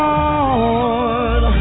Lord